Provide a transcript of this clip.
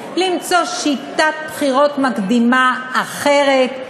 למצוא שיטת בחירה מקדימה אחרת,